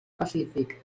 pacífic